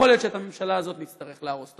יכול להיות שאת הממשלה הזאת נצטרך להרוס.